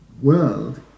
world